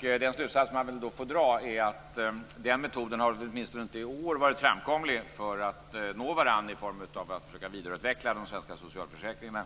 Den slutsats man kan dra är att denna metod åtminstone inte i år har varit framkomlig när det gällt att nå varandra för att försöka vidareutveckla de svenska socialförsäkringarna.